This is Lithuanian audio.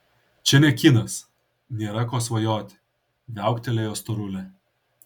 čia ne kinas nėra ko svajoti viauktelėjo storulė